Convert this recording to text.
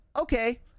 okay